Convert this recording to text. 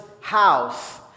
house